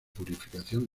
purificación